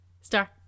Star